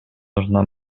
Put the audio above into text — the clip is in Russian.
нужна